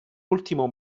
ultimo